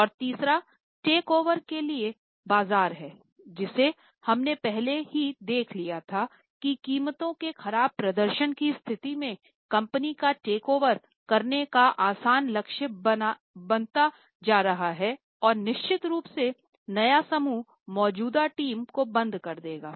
और तीसरा take over के लिए एक बाजार है जिसे हमने पहले ही देख लिया था कि कीमतों में खराब प्रदर्शन की स्थिति में कंपनी का टेक ओवर करने का आसान लक्ष्य बनता जा रहा है और निश्चित रूप से नया समूह मौजूदा टीम को बंद कर देगा